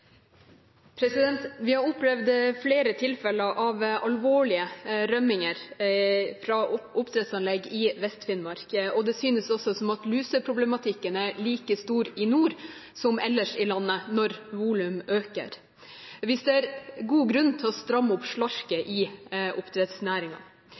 oppdrettsanlegg i Vest-Finnmark. Det synes også som om luseproblematikken er like stor i nord som ellers i landet når volumet øker. Vi ser god grunn til å stramme opp